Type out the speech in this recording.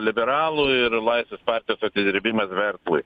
liberalų ir laisvės partijos atidirbimas verslui